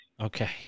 Okay